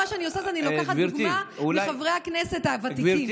מה שאני עושה זה לקחת דוגמה מחברי הכנסת הוותיקים.